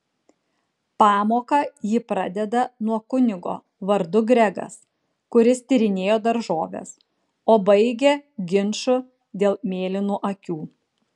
pamoką ji pradeda nuo kunigo vardu gregas kuris tyrinėjo daržoves o baigia ginču dėl mėlynų akių